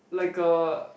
like a